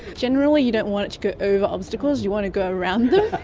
generally you don't want it to go over obstacles, you want to go around them.